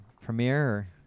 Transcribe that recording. Premiere